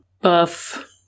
buff